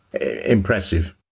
Impressive